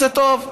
זה טוב.